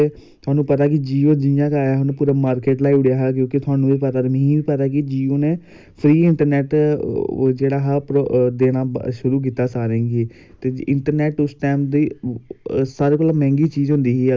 ते में इयै गौरमैंट गी रैफर करगा कि हर ग्रांऽ च हर म्ह्ल्ले च हर कालेज़ च हर स्कूल च हर इक जित्थै बच्चा कोई चांह्दा ऐ कि हर पैह्ली गल्ल ते हर इक कालेज़ च हर इक स्कूल च गेम दा कोई ना कोई ते होना चाहिदा